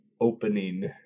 opening